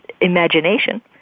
imagination